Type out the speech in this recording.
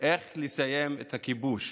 איך לסיים את הכיבוש?